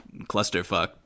clusterfuck